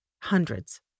hundreds